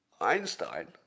Einstein